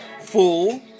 fool